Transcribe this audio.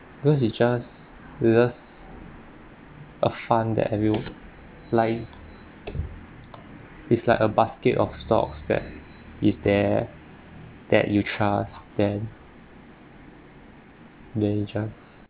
because it's just it's just a fund that everyon~ li~ it's like a basket of stocks that is there that you trust then then you just